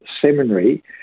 Seminary